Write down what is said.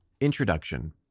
Introduction